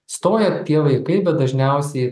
stoja tie vaikai bet dažniausiai